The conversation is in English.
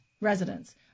Residents